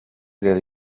del